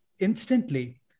Instantly